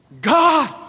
God